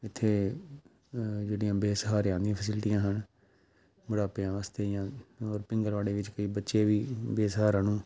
ਇੱਥੇ ਜਿਹੜੀਆਂ ਬੇਸਹਾਰਿਆਂ ਦੀਆਂ ਫੈਸਿਲਟੀਆਂ ਹਨ ਬੁਢਾਪਿਆ ਵਾਸਤੇ ਜਾਂ ਹੋਰ ਪਿੰਗਲਵਾੜੇ ਵਿੱਚ ਕਈ ਬੱਚੇ ਵੀ ਬੇਸਹਾਰਾ ਨੂੰ